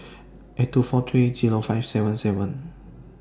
eight two four three Zero five seven seven